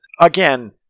again